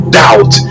doubt